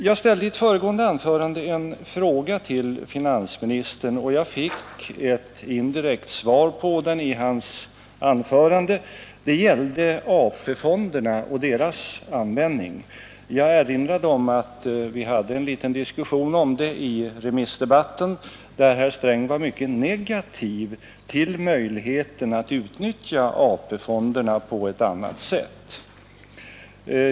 Jag ställde i ett föregående anförande en fråga till finansministern, och jag fick ett indirekt svar i hans anförande. Det gällde AP-fonderna och = Nr 140 deras användning. Jag erinrar om att vi hade en liten diskussion om detta i remissdebatten, där herr Sträng var negativ till möjligheterna att utnyttja AP-fonderna på ett annat sätt.